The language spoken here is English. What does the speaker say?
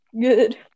good